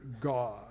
god